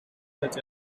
such